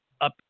up